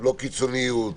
בלי קיצוניות,